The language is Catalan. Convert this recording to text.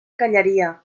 callaria